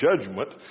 judgment